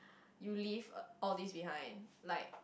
you leave all these behind like